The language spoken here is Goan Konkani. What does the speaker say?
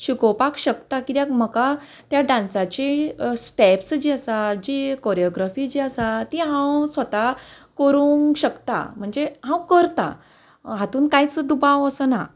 शिकोवपाक शकता कित्याक म्हाका त्या डान्साची स्टेप्स जी आसा जी कोरियोग्राफी जी आसा ती हांव स्वता करूंक शकता म्हणजे हांव करता हातून कांयच दुबाव असो ना